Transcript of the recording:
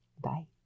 Bye